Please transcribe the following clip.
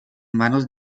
manos